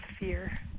fear